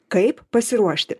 kaip pasiruošti